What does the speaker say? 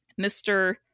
Mr